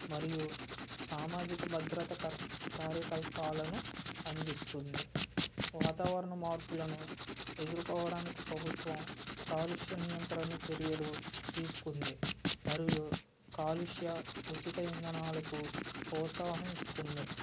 మరియు సామాజిక భద్రత కర్ప కార్యకలాపాలను అందిస్తుంది వాతావరణ మార్పులను ఎదుర్కోవడానికి ప్రభుత్వం కాలుష్య నియంత్రణ చర్యలు తీసుకుంది మరియు కాలుష్య ఉచిత ఇంధనాలకు ప్రోత్సాహం ఇస్తుంది